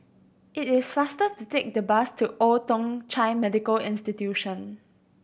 it is faster to take the bus to Old Thong Chai Medical Institution